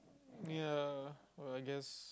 ya well I guess